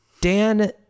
Dan